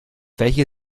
welche